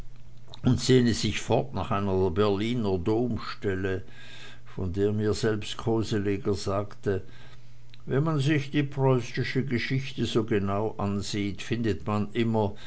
und sehne sich fort nach einer berliner domstelle von der mir selbst koseleger sagte wenn man sich die preußische geschichte genau ansieht so findet man immer